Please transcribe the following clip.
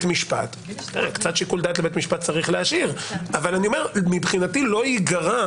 משפט קצת שיקול דעת לבית משפט צריך להשאיר מבחינתי לא ייגרע,